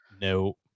No